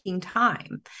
time